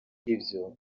ibyo